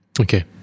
okay